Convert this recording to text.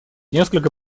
несколько